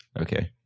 Okay